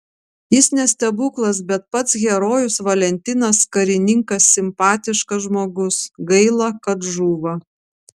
jis ne stebuklas bet pats herojus valentinas karininkas simpatiškas žmogus gaila kad žūva